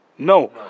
No